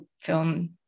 film